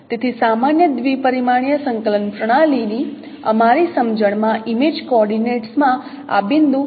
તેથી સામાન્ય દ્વિ પરિમાણીય સંકલન પ્રણાલી ની અમારી સમજણ માં ઇમેજ કોઓર્ડિનેટ્સ માં આ બિંદુ છે